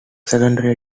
secondary